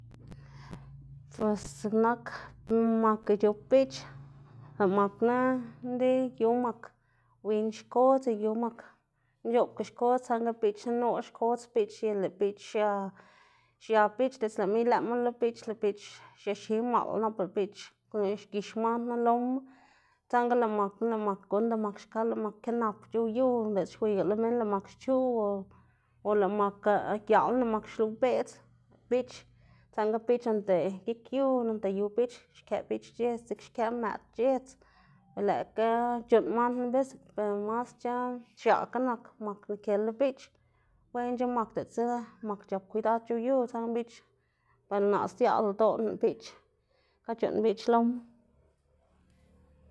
Pues x̱iꞌk nak mak ic̲h̲op biꞌch lëꞌ makna nli yu mak win xkodz y yu mak nc̲h̲oꞌbga xkodz, saꞌnda biꞌchna noꞌl xkodz biꞌch y lëꞌ biꞌch xia xia biꞌch diꞌltsa ilëꞌma lo biꞌch, lëꞌ niꞌch xiexi maꞌl nap lëꞌ biꞌch xgix man knu loma, saꞌnga lëꞌ makna lëꞌ mak gunnda mak xka, lëꞌ mak kenap c̲h̲ow yu lëꞌ xwiyga lo minn lëꞌ mka xchuꞌ o o lëꞌ mak giaꞌlna lëꞌ mak xluꞌbeꞌdz lëꞌ biꞌch saꞌnda biꞌch noꞌnda gik yu noꞌnda yu biꞌch, xkëꞌ biꞌh c̲h̲edz x̱iꞌk xkëꞌ mëꞌd c̲h̲edz o lëꞌkga c̲h̲uꞌnn man knu bis, ver masc̲h̲a x̱aꞌkga nak mak nikë lo biꞌch, wenc̲h̲a mak diꞌltsa mak c̲h̲ap kwidad c̲h̲owyu, saꞌnda biꞌch wenu naꞌ sdziaꞌlda ldoꞌná biꞌch, xka c̲h̲uꞌnn biꞌch loma.